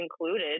included